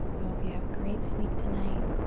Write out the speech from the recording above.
hope you have great sleep tonight.